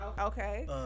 Okay